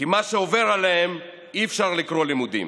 כי למה שעובר עליהם אי-אפשר לקרוא לימודים.